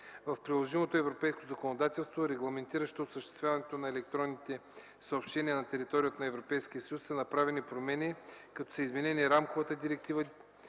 В приложимото европейско законодателство, регламентиращо осъществяването на електронните съобщения на територията на Европейския съюз, са направени промени, като са изменени Рамковата директива,